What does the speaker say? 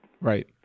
right